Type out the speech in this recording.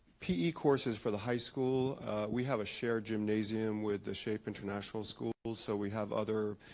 pe courses for the high school we have a shared gymnasium with the shape international schools so we have other